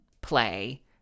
play